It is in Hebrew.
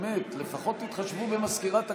באמת, לפחות תתחשבו במזכירת הכנסת.